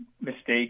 mistake